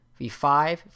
V5